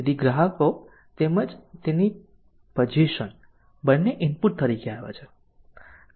તેથી ગ્રાહકો તેમજ તેની પઝેશન બંને ઇનપુટ તરીકે આવે છે